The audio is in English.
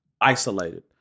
Isolated